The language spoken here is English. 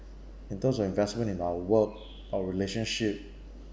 in terms of investment in our work our relationship